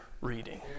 Reading